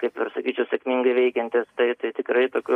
kaip ir sakyčiau sėkmingai veikiantis tai tai tikrai tokių